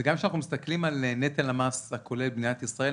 גם כשאנחנו מסתכלים על נטל המס הכולל במדינת ישראל,